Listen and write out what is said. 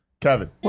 Kevin